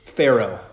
Pharaoh